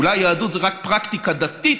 אולי יהדות זה רק פרקטיקה דתית,